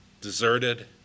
deserted